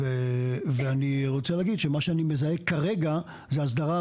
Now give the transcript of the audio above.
ואני רוצה להגיד שמה שאני מזהה כרגע זה הסדרה,